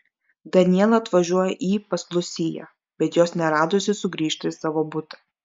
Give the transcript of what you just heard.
daniela atvažiuoja į pas lusiją bet jos neradusi sugrįžta į savo butą